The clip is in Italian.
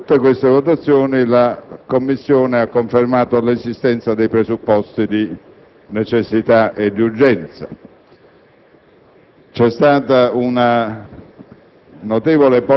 in tutte queste votazioni la Commissione ha confermato l'esistenza dei presupposti di necessità e di urgenza.